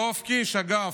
יואב קיש, אגב,